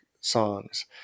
songs